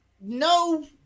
no